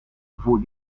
voor